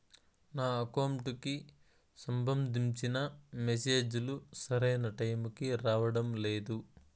నా అకౌంట్ కి సంబంధించిన మెసేజ్ లు సరైన టైముకి రావడం లేదు